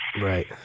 Right